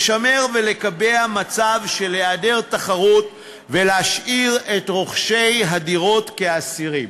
לשמר ולקבע מצב של היעדר תחרות ולהשאיר את רוכשי הדירות כאסירים.